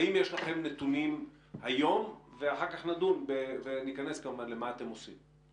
האם יש לכם נתונים היום ואחר כך נדון וניכנס כמובן למה שאתם עושים.